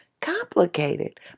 complicated